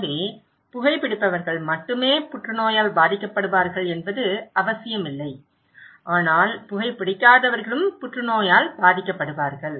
எனவே புகைபிடிப்பவர்கள் மட்டுமே புற்றுநோயால் பாதிக்கப்படுவார்கள் என்பது அவசியமில்லை ஆனால் புகைபிடிக்காதவர்களும் புற்றுநோயால் பாதிக்கப்படுவார்கள்